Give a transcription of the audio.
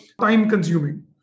time-consuming